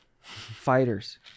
fighters